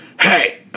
hey